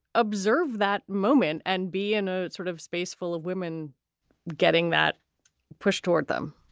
observe that moment and be in a sort of space full of women getting that push toward them?